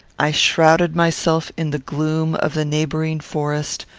i shrouded myself in the gloom of the neighbouring forest,